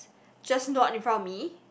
just not in front of me